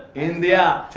india,